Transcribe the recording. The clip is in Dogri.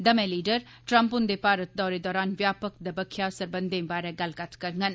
दमैं लीडर ट्रम्प हुन्दे भारत दौरे दौरान व्यापक दबक्ख्या सरबंघें बारै गल्लबात करगंन